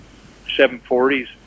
740s